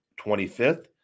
25th